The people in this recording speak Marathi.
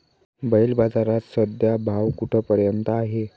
बैल बाजारात सध्या भाव कुठपर्यंत आहे?